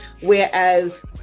Whereas